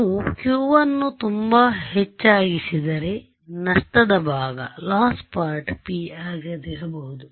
ನೀವು q ಅನ್ನು ತುಂಬಾ ಹೆಚ್ಚಾಗಿಸಿದರೆ ನಷ್ಟದ ಭಾಗವು p ಆಗದಿರಬಹುದು